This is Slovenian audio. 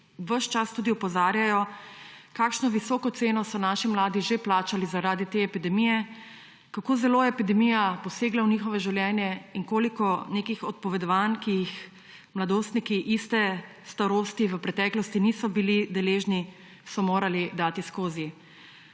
ves čas opozarjajo, kako visoko ceno so naši mladi že plačali zaradi te epidemije, kako zelo je epidemija posegla v njihovo življenje in koliko odpovedovanj, ki jih mladostniki iste starosti v preteklosti niso bili deležni, so morali dati skozi.